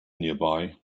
nearby